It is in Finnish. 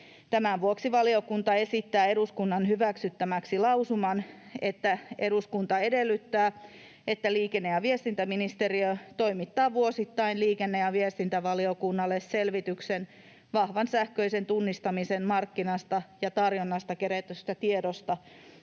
Tämän vuoksi valiokunta esittää eduskunnan hyväksyttäväksi lausuman: ”Eduskunta edellyttää, että liikenne- ja viestintäministeriö toimittaa vuosittain liikenne- ja viestintävaliokunnalle selvityksen vahvan sähköisen tunnistamisen markkinasta ja tarjonnasta kerätystä tiedosta